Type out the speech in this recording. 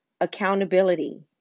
Accountability